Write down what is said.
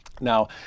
Now